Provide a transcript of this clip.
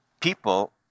People